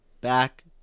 back